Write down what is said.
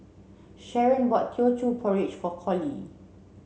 Sharen bought Teochew Porridge for Collie